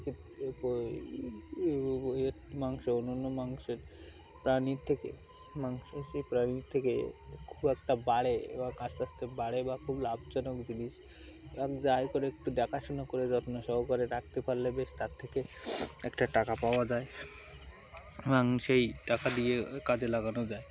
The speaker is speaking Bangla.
য়র মাংস অন্যন্য মাংসের প্রাণীর থেকে মাংস সেই প্রাণীর থেকে খুব একটা বাড়ে এবং আস্তে আস্তে বাড়ে বা খুব লাভজনক জিনিস এবং যাাই করে একটু দেখাশুনো করে যত্ন সহকারে রাখতে পারলে বেশ তার থেকে একটা টাকা পাওয়া যায় এবং সেই টাকা দিয়ে কাজে লাগানো যায়